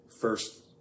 first